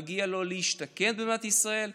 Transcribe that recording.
מגיע לו להשתקע במדינת ישראל,